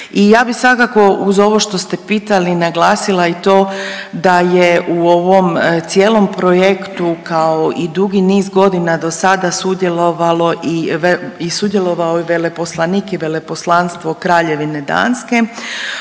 I ja bih sada uz ovo što ste pitali naglasila i to da je u ovom cijelom projektu kao i dugi niz godina dosada sudjelovalo i, sudjelovao i veleposlanik i Veleposlanstvo Kraljevine Danske.